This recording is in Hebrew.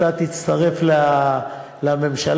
שאתה תצטרף לממשלה,